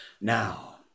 Now